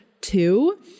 two